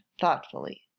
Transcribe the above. thoughtfully